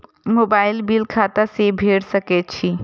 Mobile bill खाता से भेड़ सके छि?